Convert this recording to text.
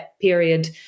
period